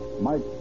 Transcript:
Mike